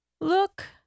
look